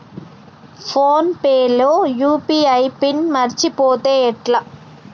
Phone pay లో UPI pin మరచిపోతే ఎట్లా?